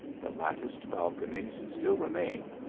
the latticed balconies still remain,